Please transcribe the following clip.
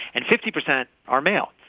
and fifty percent are male,